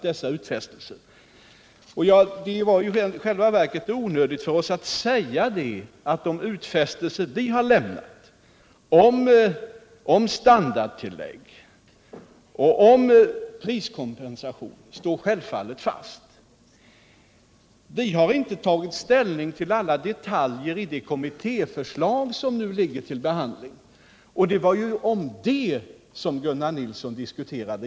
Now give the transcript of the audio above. Det var i själva verket onödigt för oss att säga att de utfästelser vi har lämnat om standardtillägg och priskompensation självfallet står fast. Vi har inte tagit ställning till alla detaljer i det kommittéförslag som nu föreligger till behandling, och det var ju det som Gunnar Nilsson diskuterade.